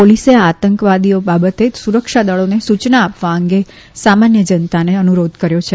પોલીસે આ આતંકવાદીઓ બાબતે સુરક્ષા દળોને સૂચના આપવા અંગે સામાન્ય જનતાને અનુરોધ કર્યો છે